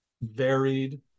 varied